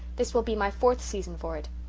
this will be my fourth season for it.